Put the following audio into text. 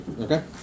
Okay